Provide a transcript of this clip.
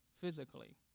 physically